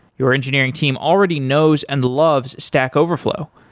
your engineering team already knows and loves stack overflow.